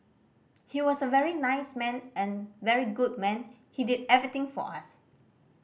he was a very nice man an very good man he did everything for us